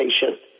patient